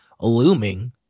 looming